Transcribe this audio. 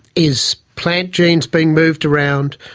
is plant genes being moved around.